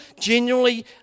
genuinely